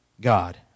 God